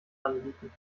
anbieten